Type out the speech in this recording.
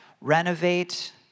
renovate